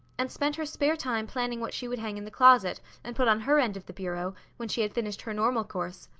and spent her spare time planning what she would hang in the closet and put on her end of the bureau when she had finished her normal course,